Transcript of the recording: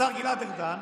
השר גלעד ארדן,